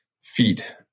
feet